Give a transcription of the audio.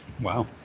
Wow